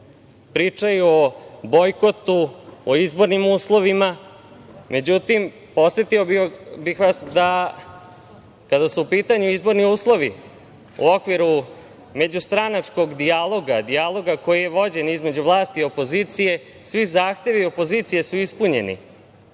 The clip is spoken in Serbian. pričaju o bojkotu, o izbornim uslovima. Međutim, podsetio bih vas da, kada su u pitanju izborni uslovi, u okviru međustranačkog dijaloga koji je vođen između vlasti i opozicije, svi zahtevi opozicije su ispunjeni